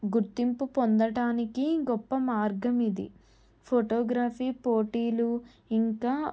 గుర్తింపు పొందటానికి గొప్ప మార్గం ఇది ఫోటోగ్రఫీ పోటీలు ఇంకా